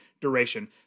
duration